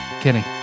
Kenny